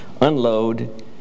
unload